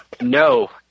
No